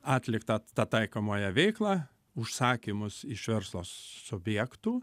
atliktą tą taikomąją veiklą užsakymus iš verslo subjektų